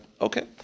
Okay